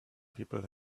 people